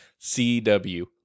CW